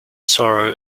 sorrow